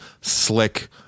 slick